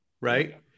right